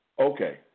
Okay